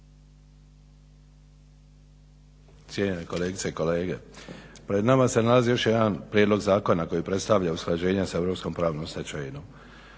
cijenjene kolegice i kolege. Pred nama se nalazi još jedan prijedlog zakona koji predstavlja usklađenje sa europskom pravnom stečevinom.